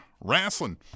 Wrestling